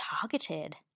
targeted